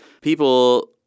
people